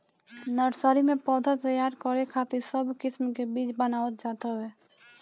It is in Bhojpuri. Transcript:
नर्सरी में पौधा तैयार करे खातिर सब किस्म के बीज बनावल जात हवे